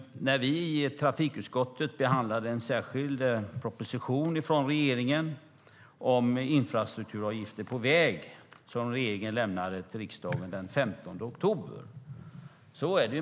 Vi i trafikutskottet har behandlat en särskild proposition om infrastrukturavgifter på väg som regeringen lämnade till riksdagen den 15 oktober.